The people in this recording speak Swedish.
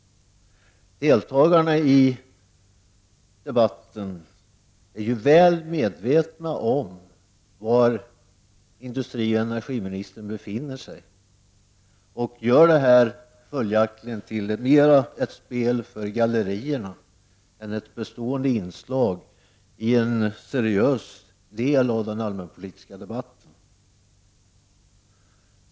Deltagarna i debatten är ju väl medvetna om var industrioch energiministern befinner sig och gör följaktligen det här mera till ett spel för gallerierna än till ett bestående inslag i en seriös del av den allmänpolitiska debatten.